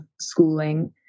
schooling